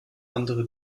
andere